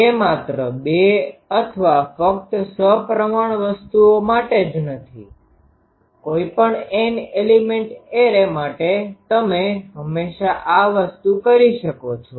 તે માત્ર બે અથવા ફક્ત સપ્રમાણ વસ્તુઓ માટે જ નથી કોઈપણ N એલિમેન્ટ એરે માટે તમે હંમેશાં આ વસ્તુ કરી શકો છો